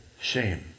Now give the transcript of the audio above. shame